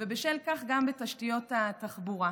ובשל כך גם בתשתיות התחבורה.